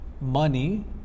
money